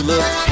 Look